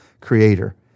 creator